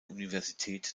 universität